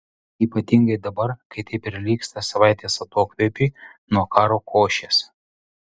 ypatingai dabar kai tai prilygsta savaitės atokvėpiui nuo karo košės